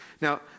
Now